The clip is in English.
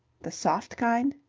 the soft kind.